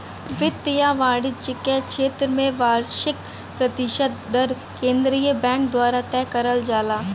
वित्त या वाणिज्य क क्षेत्र में वार्षिक प्रतिशत दर केंद्रीय बैंक द्वारा तय करल जाला